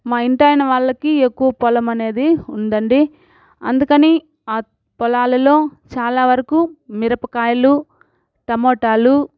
మా ఇంటి ఆయన వాళ్ళకి ఎక్కువ పొలం అనేది ఉందండి అందుకని ఆ పొలాలలో చాలా వరకు మిరపకాయలు టమోటాలు